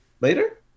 later